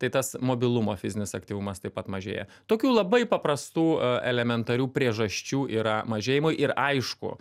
tai tas mobilumo fizinis aktyvumas taip pat mažėja tokių labai paprastų elementarių priežasčių yra mažėjimui ir aišku